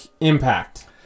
impact